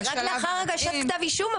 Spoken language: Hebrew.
אבל רק לאחר הגשת כתב אישום,